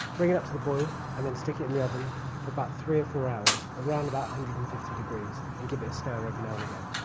bring it up to the boil and then stick it in the oven for about three or four hours, around about one hundred and fifty degrees, and give it a stir every now and again.